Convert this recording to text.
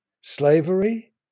Slavery